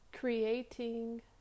Creating